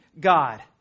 God